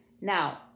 now